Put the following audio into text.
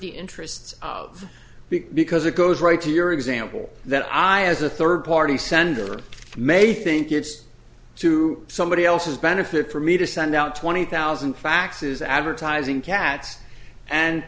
the interests of big because it goes right to your example that i as a third party sender may think it's to somebody else's benefit for me to send out twenty thousand faxes advertising cats and